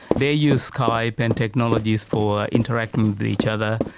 they use skype and technologies for interacting with each other,